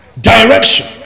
Direction